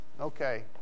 okay